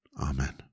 Amen